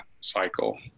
cycle